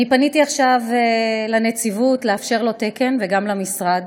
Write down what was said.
אני פניתי עכשיו לנציבות לאפשר לו תקן, וגם למשרד.